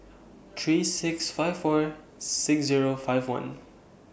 three six five four six Zero five one